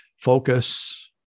focus